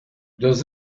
does